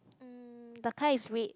mm the car is red